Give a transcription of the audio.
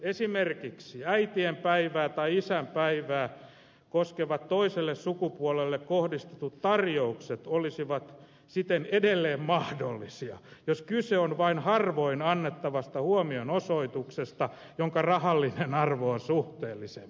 esimerkiksi äitienpäivää tai isänpäivää koskevat toiselle sukupuolelle kohdistetut tarjoukset olisivat siten edelleen mahdollisia jos kyse on vain harvoin annettavasta huomionosoituksesta jonka rahallinen arvo on suhteellisen pieni